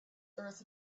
earth